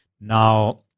Now